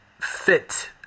fit